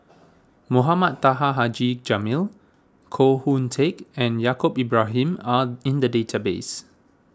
Mohamed Taha Haji Jamil Koh Hoon Teck and Yaacob Ibrahim are in the database